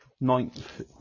ninth